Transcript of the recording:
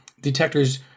detector's